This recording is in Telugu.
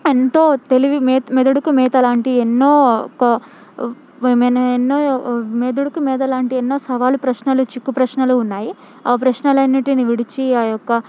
ఎంతో తెలివి మెదడుకు మేత లాంటి ఎన్నో ఎన్నో మడదుకు మెత లాంటి ఎన్నో సవాళ్ళు ప్రశ్నలు చిక్కు ప్రశ్నలు ఉన్నాయి ఆ ప్రశ్నలు అన్నింటిని విడిచి ఆ యొక్క